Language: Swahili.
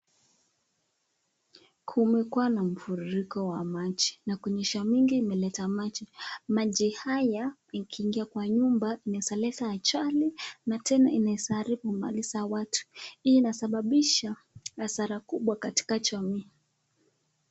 Kumekuwa na mafuriko ya maji, na kunyesha mingi imeleta maji, maji haya ikiingia kwa nyumba inaweza leta ajali na tena inaweza haribu mali za watu, hii inasababisha hasara kubwa katika jamii.